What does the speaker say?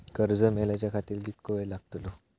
कर्ज मेलाच्या खातिर कीतको वेळ लागतलो?